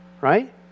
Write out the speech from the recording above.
right